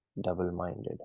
double-minded